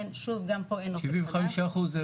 75% זה